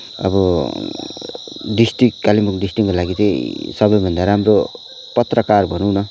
अब डिस्ट्रिक्ट कालिम्पोङ डिस्ट्रिक्टको लागि चाहिँ सबैभन्दा राम्रो पत्रकार भनौँ न